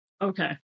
Okay